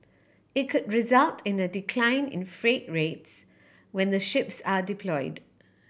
it could result in a decline in freight rates when the ships are deployed